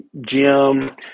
gym